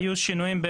היו שינויים,